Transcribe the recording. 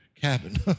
cabin